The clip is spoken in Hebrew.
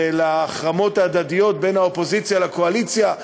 ההחרמות ההדדיות בין האופוזיציה לקואליציה,